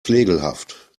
flegelhaft